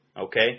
Okay